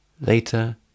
Later